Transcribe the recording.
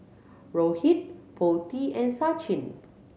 Rohit Potti and Sachin